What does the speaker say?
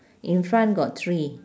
in front got three